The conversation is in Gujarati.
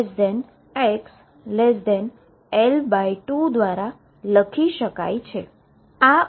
અને તે L2xL2 દ્વારા લખી શકાય છે